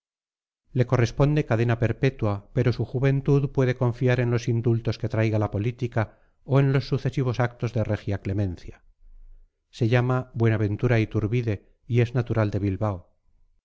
le corresponde cadena perpetua pero su juventud puede confiar en los indultos que traiga la política o en los sucesivos actos de regia clemencia se llama buenaventura iturbide y es natural de bilbao